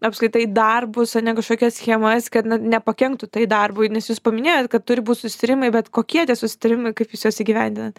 apskritai darbus ane kažkokias schemas kad na nepakenktų tai darbui nes jūs paminėjot kad turi būt susitarimai bet kokie tie susitarimai kaip jūs juos įgyvendinant